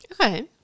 Okay